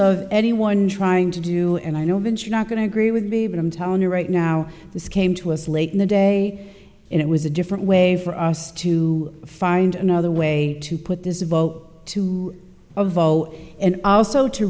of anyone trying to do and i know you're not going to agree with me but i'm telling you right now this came to us late in the day and it was a different way for us to find another way to put this vote to a vote and also to